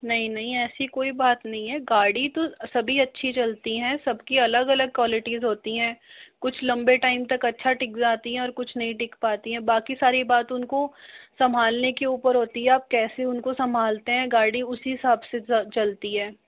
नहीं नहीं ऐसी कोई बात नहीं है गाड़ी तो सभी अच्छी चलती है सबकी अलग अलग क्वालिटीस होती हैं कुछ लंबे टाइम तक अच्छा टिक जाती हैं और कुछ नहीं टिक पाती हैं बाकी सारी बात उनको संभालने के ऊपर होती है आप कैसे उनको संभालते हैं गाड़ी उसी हिसाब से चलती है